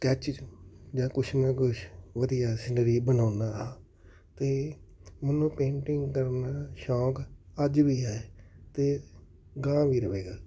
sketches ਜਾਂ ਕੁਛ ਨਾ ਕੁਛ ਵਧੀਆ ਸੀਨਰੀ ਬਣਾਉਂਦਾ ਹਾਂ ਅਤੇ ਮੈਨੂੰ ਪੇਂਟਿੰਗ ਕਰਨ ਸ਼ੌਕ ਅੱਜ ਵੀ ਹੈ ਅਤੇ ਅਗਾਂਹ ਵੀ ਰਹੇਗਾ